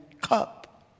cup